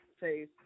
say